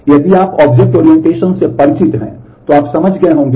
इसलिए यदि आप ऑब्जेक्ट ओरिएंटेशन को देखना चाहेंगे